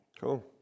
Cool